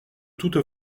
toute